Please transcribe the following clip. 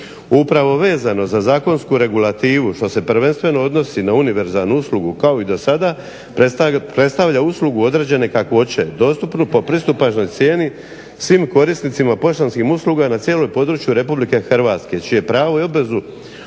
Upravo vezano za zakonsku regulativu što se prvenstveno odnosi na univerzalnu uslugu kao i dosada predstavlja uslugu određene kakvoće, dostupnu po pristupačnoj cijeni svim korisnicima poštanskih usluga na cijelom području RH čije pravo i obvezu